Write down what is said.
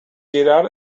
girar